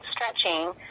stretching